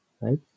right